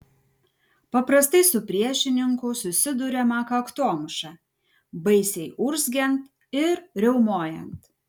paprastai su priešininku susiduriama kaktomuša baisiai urzgiant ir riaumojant